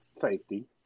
safety